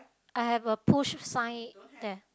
I have a push sign there